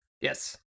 Yes